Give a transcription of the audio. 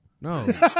No